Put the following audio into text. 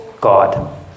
God